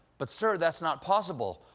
but so that's not possible!